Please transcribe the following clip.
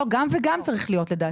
לא, לדעתי צריך להיות גם וגם.